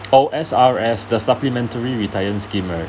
oh S_R_S the supplementary retirement scheme right ah